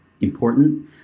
important